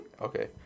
Okay